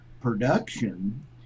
production